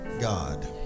God